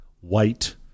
white